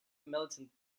militant